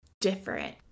different